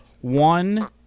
one